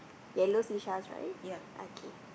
yellow sea shells right okay